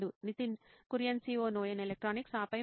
Nitin Kurian COO నోయిన్ electronics ఆపై మనము